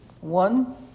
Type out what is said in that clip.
one